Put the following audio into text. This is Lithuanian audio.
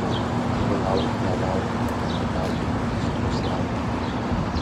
oi laukėme laukėme kandidatų į ministrus laukėme